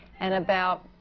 and about,